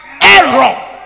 error